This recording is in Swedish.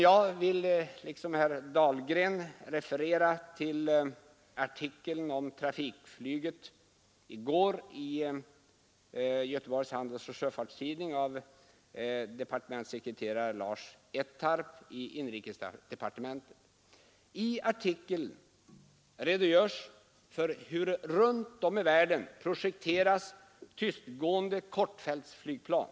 Jag vill liksom herr Dahlgren referera till artikeln i Göteborgs Handelsoch Sjöfarts-Tidning av departementssekreterare Lars Ettarp i inrikesdepartementet. I artikeln redogörs för hur det runt om i världen projekteras tystgående kortfältsflygplan.